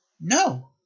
no